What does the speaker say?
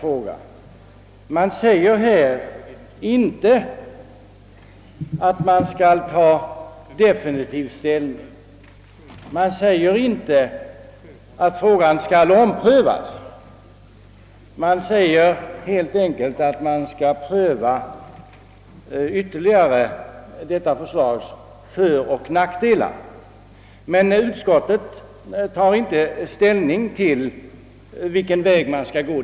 Utskottet säger inte att definitiv ställning skall tas, inte att frågan skall omprövas — utskottet säger helt enkelt att förslagets föroch nackdelar skall prövas ytterligare. Utskottet tar sålunda inte definitiv ställning till vilken väg vi skall gå.